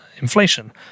inflation